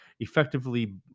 effectively